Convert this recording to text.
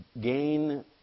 gain